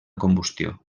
combustió